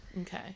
Okay